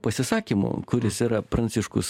pasisakymų kuris yra pranciškus